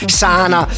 sana